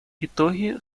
итоги